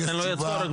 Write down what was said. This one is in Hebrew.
לכן לא יהיה צורך.